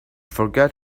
forget